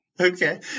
Okay